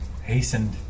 Hastened